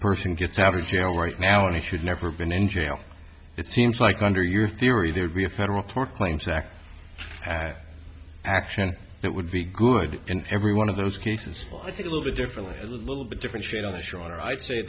person gets after jail right now i should never been in jail it seems like under your theory there'd be a federal court claims act action that would be good in every one of those cases i think a little bit differently a little bit different shade on the shore i'd say